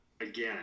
again